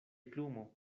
plumo